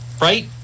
right